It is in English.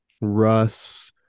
Russ